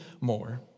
more